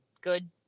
good